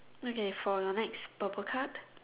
okay for your next purple card